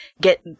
get